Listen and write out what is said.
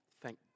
Thank